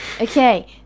Okay